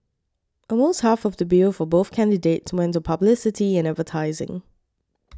almost half of the bill for both candidates went to publicity and advertising